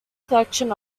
collection